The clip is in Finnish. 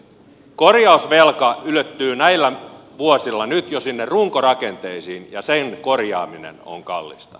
korjausvelka ylettyy nyt jo sinne runkorakenteisiin ja sen korjaaminen on kallista